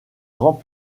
grand